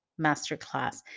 masterclass